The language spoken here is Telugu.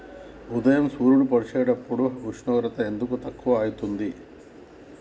ఉదయం సూర్యుడు పొడిసినప్పుడు ఉష్ణోగ్రత ఎందుకు తక్కువ ఐతుంది?